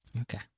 Okay